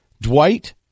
Dwight